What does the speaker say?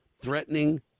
threatening